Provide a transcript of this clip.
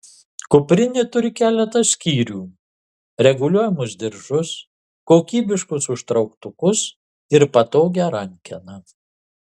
kuprinė turi keletą skyrių reguliuojamus diržus kokybiškus užtrauktukus ir patogią rankeną